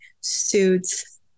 suits